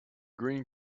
green